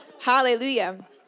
hallelujah